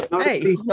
hey